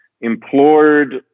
implored